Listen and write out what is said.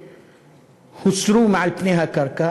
שהוסרו מעל פני הקרקע,